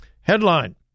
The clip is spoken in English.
Headline